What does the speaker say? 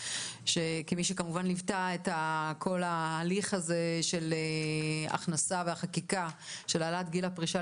כמי שליוותה את הליך החקיקה של העלאת גיל הפרישה